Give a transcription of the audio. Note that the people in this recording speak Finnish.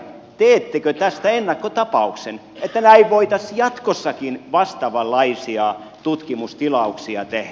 teettekö tästä ennakkotapauksen että näin voitaisiin jatkossakin vastaavanlaisia tutkimustilauksia tehdä